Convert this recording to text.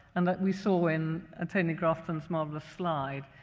and that we saw in ah tony grafton's marvelous slide,